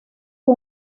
fue